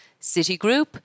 Citigroup